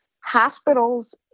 hospitals